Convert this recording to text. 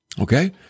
Okay